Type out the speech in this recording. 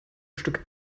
stück